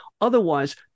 Otherwise